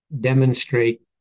demonstrate